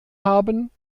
haben